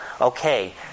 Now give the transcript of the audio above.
Okay